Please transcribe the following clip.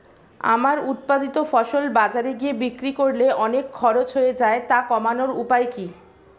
আমার উৎপাদিত ফসল বাজারে গিয়ে বিক্রি করলে অনেক খরচ হয়ে যায় তা কমানোর উপায় কি?